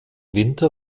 winter